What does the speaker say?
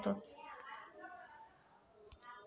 Digital वजन कसा करतत?